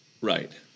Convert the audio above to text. Right